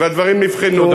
והדברים נבחנו.